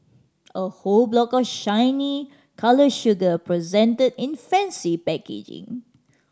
a whole block of shiny coloured sugar presented in fancy packaging